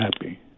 happy